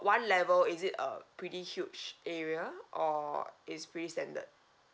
one level is it a pretty huge area or it's pretty standard